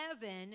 heaven